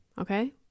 Okay